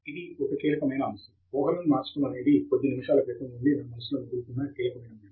తంగిరాల ఇది ఒక కీలకమైన అంశం ఊహలను మార్చడం అనేది కొద్ది నిమిషాల క్రితం నుండి నా మనస్సులో మెదులుతున్న కీలకమైన మాట